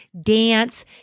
dance